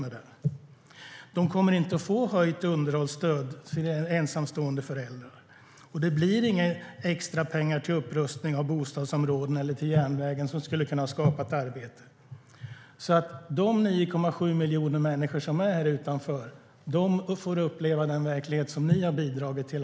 Ensamstående föräldrar kommer inte att få höjt underhållsstöd, och det blir inga extra pengar till upprustning av bostadsområden eller järnvägen som skulle kunna skapa arbeten. De 9,7 miljoner människor som finns där ute får alltså uppleva den verklighet som ni har bidragit till.